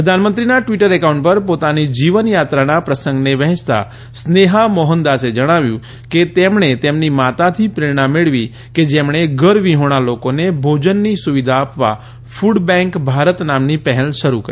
પ્રધાનમંત્રીના Twitter account પર પોતાની જીવનયાત્રાના પ્રસંગને વહેંચતા સ્નેહા મોહનદાસે જણાવ્યું કે તેમણે તેમની માતાથી પ્રેરણા મેળવી કે જેમણે ઘરવિહોણા લોકોને ભોજનની સુવિધા આપવા કૃડ બેંક ભારત નામની પહેલ શરૂ કરી